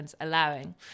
allowing